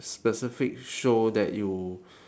specific show that you